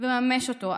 ולממש אותו.